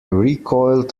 recoiled